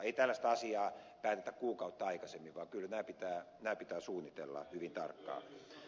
ei tällaista asiaa päätetä kuukautta aikaisemmin vaan kyllä nämä pitää suunnitella hyvin tarkkaan